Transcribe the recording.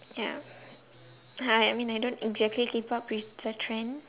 yeah I mean I don't exactly keep up with the trend